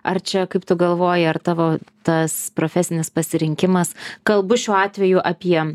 ar čia kaip tu galvoji ar tavo tas profesinis pasirinkimas kalbu šiuo atveju apie